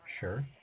Sure